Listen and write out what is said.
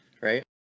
right